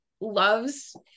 loves